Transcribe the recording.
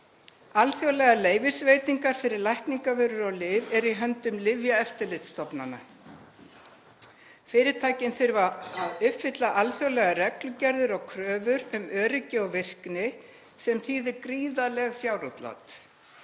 Alþjóðlegar leyfisveitingar fyrir lækningavörur og lyf eru í höndum lyfjaeftirlitsstofnana. Fyrirtækin þurfa að uppfylla alþjóðlegar reglugerðir og kröfur um öryggi og virkni sem þýðir gríðarleg fjárútlát.